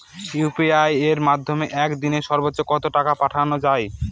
UPI এর মাধ্যমে এক দিনে সর্বচ্চ কত টাকা পাঠানো যায়?